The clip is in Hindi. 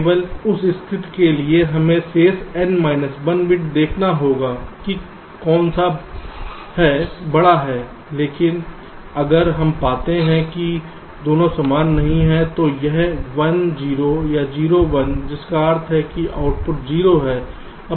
केवल उस स्थिति के लिए हमें शेष n माइनस 1 बिट देखना होगा कि कौन सा है बड़ा है लेकिन अगर हम पाते हैं कि दोनों समान नहीं हैं तो या 1 0 या 0 1 जिसका अर्थ है कि आउटपुट 0 है